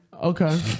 Okay